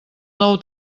nou